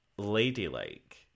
ladylike